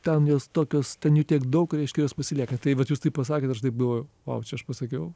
ten jos tokios ten jų tiek daug reiškia jos pasilieka tai vat jūs tai pasakėt aš taip galvojau vau aš pasakiau